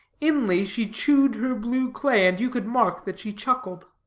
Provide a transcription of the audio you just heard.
inly she chewed her blue clay, and you could mark that she chuckled.